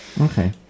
Okay